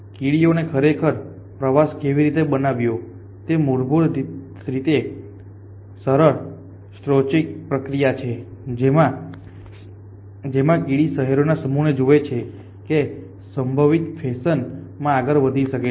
કીડીઓએ ખરેખર પ્રવાસ કેવી રીતે બનાવ્યો તે મૂળભૂત રીતે સરળ સ્તોચાસ્ટિક પ્રક્રિયા છે જેમાં કીડી શહેરોના સમૂહને જુએ છે કે તે સંભવિત ફેશન માં આગળ વધી શકે છે